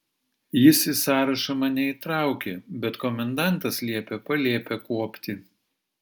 jis į sąrašą mane įtraukė bet komendantas liepė palėpę kuopti